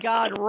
God